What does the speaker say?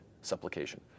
supplication